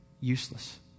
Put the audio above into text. useless